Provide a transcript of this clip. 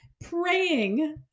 praying